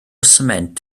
sment